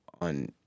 on